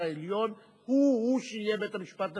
העליון הוא-הוא שיהיה בית-המשפט לחוקה.